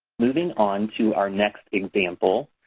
moving on to our next example,